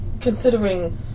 considering